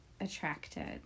attracted